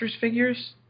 figures